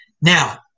Now